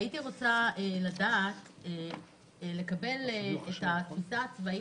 הייתי רוצה לקבל את התפיסה הצבאית,